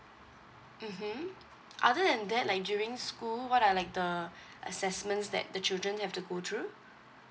mmhmm other than that like during school what are like the assessments that the children have to go through